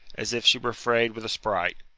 as if she were fray'd with a sprite.